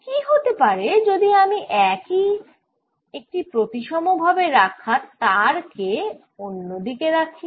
কি হতে পারে যদি আমি একই একটি প্রতিসম ভাবে রাখা তার কে অন্য দিকে রাখি